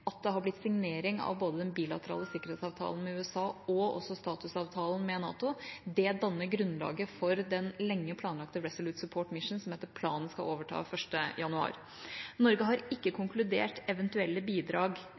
at det er blitt signering av både den bilaterale sikkerhetsavtalen med USA og også statusavtalen med NATO. Det danner grunnlaget for den lenge planlagte Resolute Support mission som etter planen skal overta 1. januar. Norge har ikke konkludert eventuelle bidrag